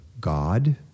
God